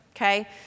Okay